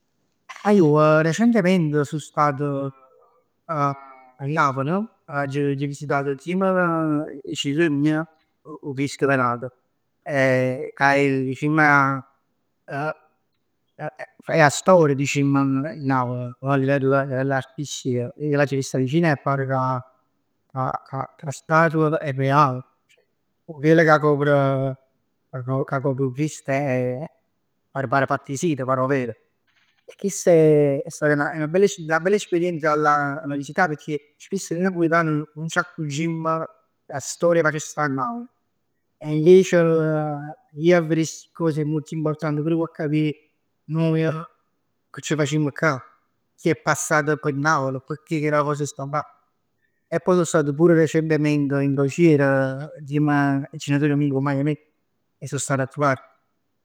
Ah io recentemente sono stat a Napl. Agg visitat insiem 'e genitor mij 'o Cristo Velato. Ca è dicimm 'na è 'a storia dicimm, nun è a livell artistico. Ij l'aggio vist 'a vicin e par ca ca ca 'a statua è real. 'O velo ca copre 'o Cristo è par par fatt 'e seta, pare 'o ver. Chest è è stata 'na bella esperienza da visità, pecchè spess nuje napulitan nun c'accurgimm d' 'a storia ca ci sta a Napl. E invec a ji a verè sti cos è molto importante pur p' capì nuje che c' facimm cà. Che è passat p' Napl, pecchè chella cosa sta là. E poj so stat pure recentement in crociera, insiem 'e genitor mij e cu 'e cumpagn mij e so stat a truvà.